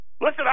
Listen